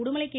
Udumalai K